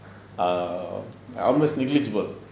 err almost negligible